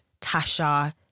Tasha